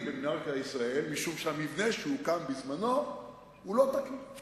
אנשים שהגישו תוכנית קיבלו תשובה תוך שבועיים,